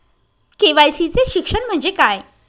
KYC चे शिक्षण म्हणजे काय?